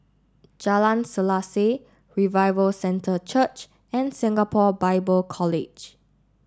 Jalan Selaseh Revival Centre Church and Singapore Bible College